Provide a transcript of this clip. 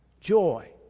joy